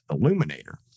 Illuminator